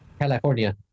California